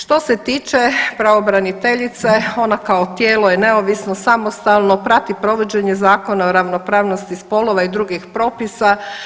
Što se tiče pravobraniteljice ona kao tijelo je neovisno, samostalno, prati provođenje Zakona o ravnopravnosti spolova i drugih propisa.